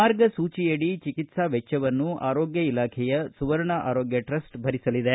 ಮಾರ್ಗಸೂಚಿಯಡಿ ಚಿಕಿತ್ಸಾ ವೆಚ್ಚವನ್ನು ಆರೋಗ್ಯ ಇಲಾಖೆಯ ಸುವರ್ಣ ಆರೋಗ್ಯ ಟ್ರಸ್ಟ್ ಭರಿಸಲಿದೆ